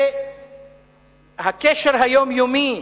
והקשר היומיומי